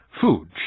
food